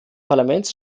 parlaments